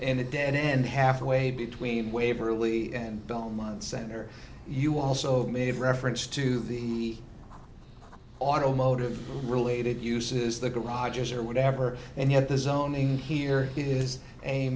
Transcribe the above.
a dead end half way between waverly and belmont center you also made reference to the automotive related uses the garages or whatever and yet the zoning here is a